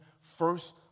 first